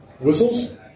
whistles